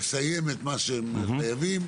נסיים את מה שהם חייבים,